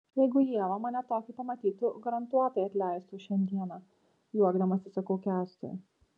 jeigu ieva mane tokį pamatytų garantuotai atleistų už šiandieną juokdamasis sakau kęstui